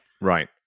Right